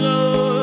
Lord